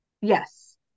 Yes